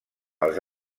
els